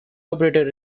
elaborated